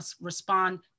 respond